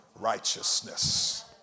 righteousness